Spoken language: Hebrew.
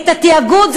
את התאגוד,